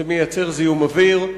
זה מייצר זיהום אוויר,